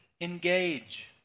engage